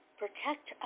protect